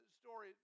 story